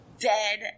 dead